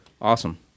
Awesome